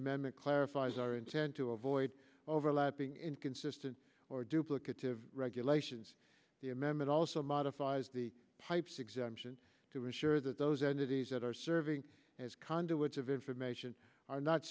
amendment clarifies our intent to avoid overlapping inconsistent or duplicative regulations the amendment also modifies the pipes exemption to ensure that those entities that are serving as conduits of information are not